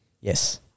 Yes